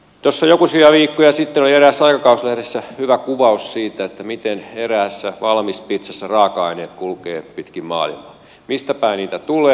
tuossa jokusia viikkoja sitten oli eräässä aikakauslehdessä hyvä kuvaus siitä miten eräässä valmispitsassa raaka aineet kulkevat pitkin maailmaa mistä päin niitä tulee